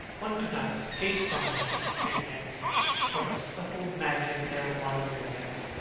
one could not escape from them. and yet what a subtle magic there was in them!